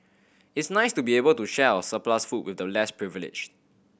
it's nice to be able to share our surplus food with the less privileged